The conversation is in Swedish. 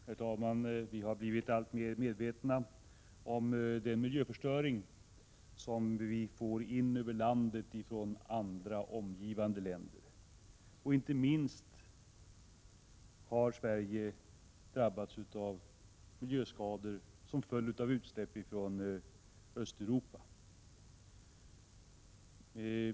Herr talman! Vi har blivit alltmer medvetna om konsekvenserna i vårt land av miljöförstöringen i omgivande länder. Inte minst har Sverige drabbats av miljöskador som följer av utsläppen från Östeuropa.